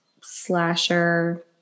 slasher